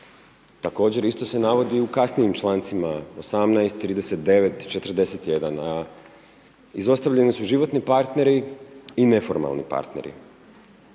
Također, isto se navodi u kasnijim člancima 18., 39., 41. Izostavljeni su životni partneri i neformalni partneri.